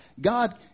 God